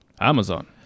amazon